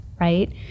right